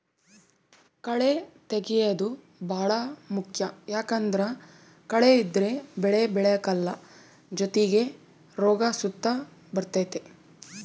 ಕಳೇ ತೆಗ್ಯೇದು ಬಾಳ ಮುಖ್ಯ ಯಾಕಂದ್ದರ ಕಳೆ ಇದ್ರ ಬೆಳೆ ಬೆಳೆಕಲ್ಲ ಜೊತಿಗೆ ರೋಗ ಸುತ ಬರ್ತತೆ